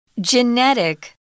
Genetic